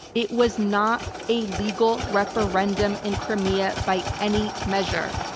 it was not a legal referendum in crimea by any measure.